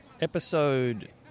episode